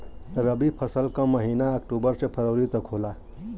रवी फसल क महिना अक्टूबर से फरवरी तक होला